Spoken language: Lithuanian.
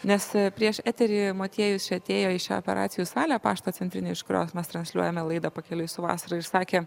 nes prieš eterį motiejus čia atėjo į šią operacijų salę paštą centrinį iš kurios mes transliuojame laidą pakeliui su vasara ir sakė